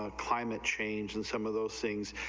ah climate change and some of those things,